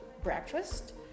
breakfast